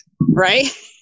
right